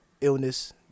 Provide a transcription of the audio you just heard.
illness